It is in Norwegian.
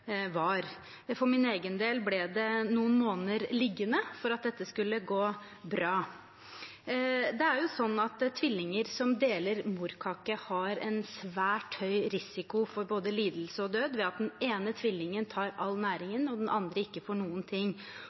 var. For min egen del ble det noen måneder liggende for at dette skulle gå bra. Tvillinger som deler morkake, har en svært høy risiko for både lidelse og død ved at den ene tvillingen tar all næringen og den andre ikke får noen ting.